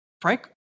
Frank